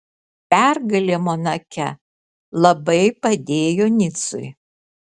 pergalė monake labai padėjo nicui